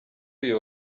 uyu